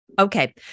Okay